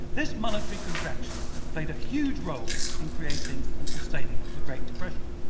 this monetary contraction played a huge role in creating and sustaining the great depression.